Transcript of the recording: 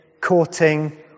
courting